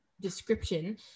description